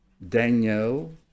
Daniel